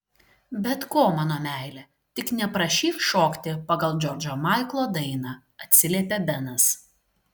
bet ko mano meile tik neprašyk šokti pagal džordžo maiklo dainą atsiliepė benas